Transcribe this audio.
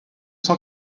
cent